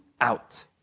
out